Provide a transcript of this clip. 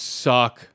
suck